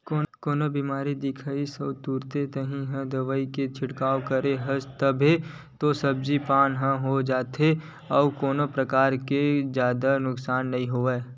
कोनो बेमारी दिखिस अउ तुरते ताही दवई के छिड़काव करेस तब तो सब्जी पान हो जाथे अउ कोनो परकार के जादा नुकसान नइ होवय